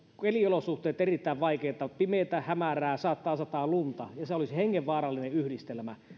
keliolosuhteet erittäin vaikeita pimeää hämärää saattaa sataa lunta ja se olisi hengenvaarallinen yhdistelmä